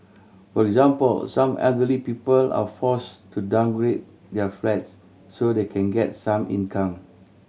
for example some elderly people are forced to downgrade their flats so that they can get some income